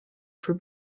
for